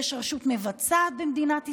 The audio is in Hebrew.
יש רשות מבצעת במדינת ישראל,